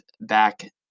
back